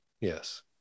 yes